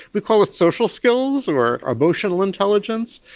we call it social skills or ah emotional intelligence,